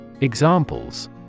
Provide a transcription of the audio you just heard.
Examples